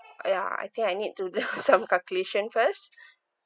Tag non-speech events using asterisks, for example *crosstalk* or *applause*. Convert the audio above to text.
uh ya I think I need to do *laughs* some calculation first